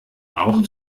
auch